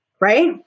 right